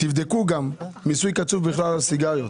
תבדקו מיסוי קצוב על סיגריות.